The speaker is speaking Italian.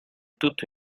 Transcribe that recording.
tutto